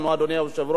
אדוני היושב-ראש,